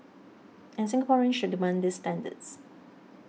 and Singaporeans should demand these standards